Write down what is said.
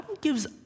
gives